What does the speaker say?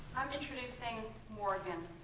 i'm introducing morgan